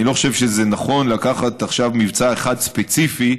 אני לא חושב שזה נכון לקחת עכשיו מבצע אחד ספציפי,